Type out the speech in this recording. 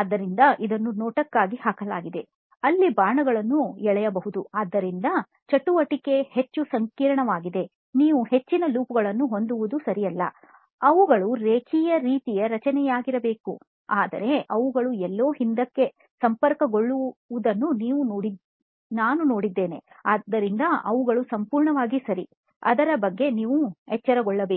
ಆದ್ದರಿಂದ ಇದನ್ನು ನೋಟಕ್ಕಾಗಿ ಹಾಕಲಾಗಿದೆ ಅಲ್ಲಿ ಬಾಣಗಳನ್ನೂ ಎಳೆಯಬಹುದು ಅದರಿಂದ ಚಟುವಟಿಕೆ ಹೆಚ್ಚು ಸಂಕೀರ್ಣವಾಗಿದೆ ನೀವು ಹೆಚ್ಚಿನ ಲೂಪಗಳನ್ನೂ ಹೊಂದುವುದು ಸರಿಯಲ್ಲ ಅವುಗಳು ರೇಖೀಯ ರೀತಿಯ ರಚನೆಯಾಗಿರಬೇಕು ಆದರೆ ಅವುಗಳು ಎಲ್ಲೋ ಹಿಂದಕ್ಕೆ ಸಂಪರ್ಕಗೊಳ್ಳುವುದನ್ನು ನಾನು ನೋಡಿದ್ದೇನೆ ಆದ್ದರಿಂದ ಅವುಗಳು ಸಂಪೂರ್ಣವಾಗಿ ಸರಿ ಅದರ ಬಗ್ಗೆ ನೀವು ಎಚ್ಚರಗೊಳ್ಳಬೇಕು